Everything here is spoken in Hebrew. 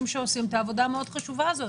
שעושים את העבודה המאוד חשובה הזאת.